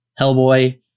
Hellboy